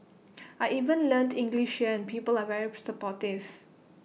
I even learnt English here and people are very supportive